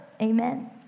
Amen